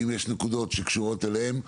אם יש נקודות שקשורות אליהם,